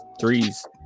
threes